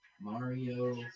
Mario